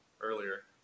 earlier